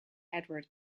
edward